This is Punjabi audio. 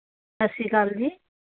ਸਤਿ ਸ਼੍ਰੀ ਅਕਾਲ ਜੀ